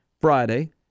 Friday